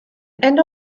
and